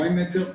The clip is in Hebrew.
200 מטר.